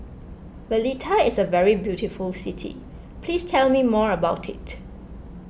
Valletta is a very beautiful city please tell me more about it